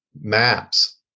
maps